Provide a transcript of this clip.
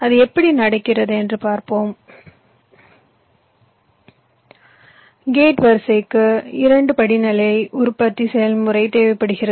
அது எப்படி நடக்கிறது என்று பார்ப்போம் கேட் வரிசைக்கு இரண்டு படிநிலை உற்பத்தி செயல்முறை தேவைப்படுகிறது